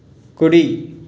కుడి